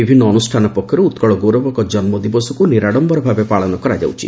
ବିଭିନ୍ନ ଅନୁଷାନ ପକ୍ଷରୁ ଉକ୍କଳ ଗୌରବଙ୍କ ଜନୁ ଦିବସକୁ ନିରାଡମ୍ସର ଭାବରେ ପାଳନ କରାଯାଉଛି